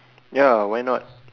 ya why not